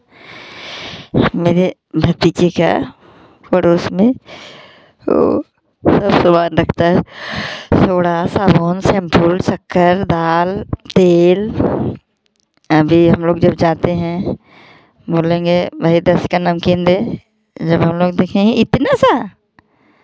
मेरे भतीजे का पड़ोस में सामान रखता है सोडा साबुन सेम्फुल शक्कर दाल तेल अभी हम लोग जब जाते हैं मोलेंगे मेरी तरफ़ से क नाम किन दे जब हम लोग देखेंगे इतना सा